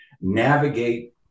navigate